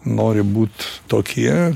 nori būt tokie